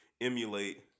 emulate